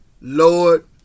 Lord